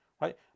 right